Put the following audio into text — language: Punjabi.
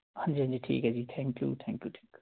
ਹਾਂਜੀ ਹਾਂਜੀ ਠੀਕ ਹੈ ਜੀ thank you thank you thank you